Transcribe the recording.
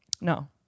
no